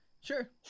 Sure